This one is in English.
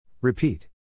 Repeat